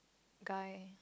guy